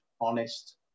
honest